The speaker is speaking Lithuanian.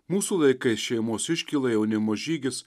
mūsų laikais šeimos iškyla jaunimo žygis